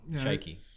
Shaky